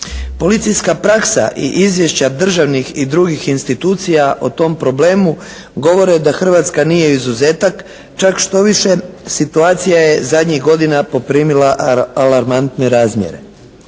Policijska praksa i izvješća državnih i drugih institucija o tom problemu govore da Hrvatska nije izuzetak, čak štoviše situacija je zadnjih godina poprimila alarmantne razmjere.